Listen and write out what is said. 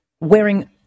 wearing